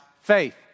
faith